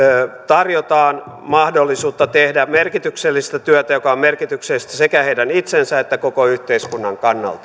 tarjotaan mahdollisuutta tehdä merkityksellistä työtä joka on merkityksellistä sekä heidän itsensä että koko yhteiskunnan